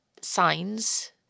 signs